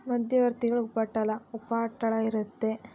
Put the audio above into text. ಮಧ್ಯವರ್ತಿಗಳ ಉಪಟಳ ಉಪಟಳ ಇರುತ್ತೆ